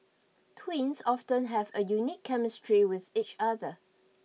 twins often have a unique chemistry with each other